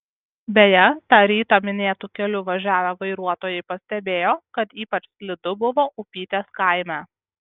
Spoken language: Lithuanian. beje tą rytą minėtu keliu važiavę vairuotojai pastebėjo kad ypač slidu buvo upytės kaime